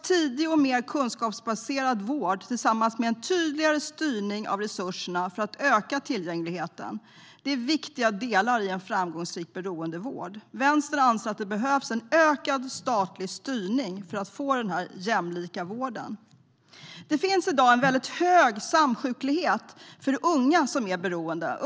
Tidig och mer kunskapsbaserad vård tillsammans med en tydligare styrning av resurserna för att öka tillgängligheten är viktiga delar i en framgångsrik beroendevård. Vänstern anser att det behövs en ökad statlig styrning för att få jämlik vård. Det finns en hög grad av samsjuklighet för unga som är beroende.